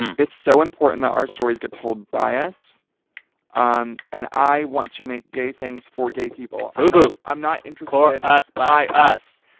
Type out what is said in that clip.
it's so important that our stories get told by us um and and i want to make gay things for gay people fubu i'm not interested. for and us, by us